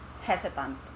hesitant